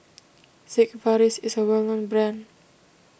Sigvaris is a well known brand